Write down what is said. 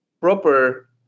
proper